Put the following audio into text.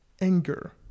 anger